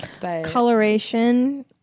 Coloration